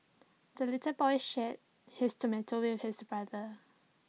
the little boy shared his tomato with his brother